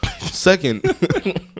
Second